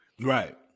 Right